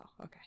Okay